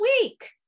week